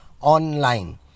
online